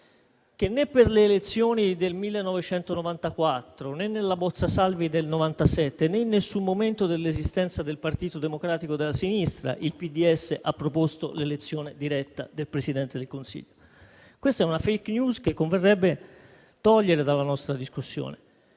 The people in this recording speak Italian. che né per le elezioni del 1994, né nella bozza Salvi del 1997, né in nessun momento della sua esistenza, il PDS ha proposto l'elezione diretta del Presidente del Consiglio. Questa è una *fake news* che converrebbe togliere dalla nostra discussione.